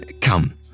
Come